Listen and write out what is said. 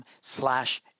slash